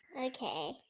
Okay